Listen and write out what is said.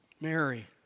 Mary